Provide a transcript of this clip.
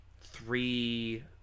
three